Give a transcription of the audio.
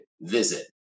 visit